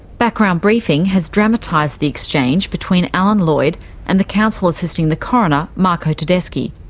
background briefing has dramatised the exchange between alan lloyd and the counsel assisting the coroner, marco tedeschi.